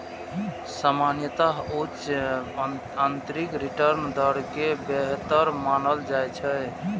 सामान्यतः उच्च आंतरिक रिटर्न दर कें बेहतर मानल जाइ छै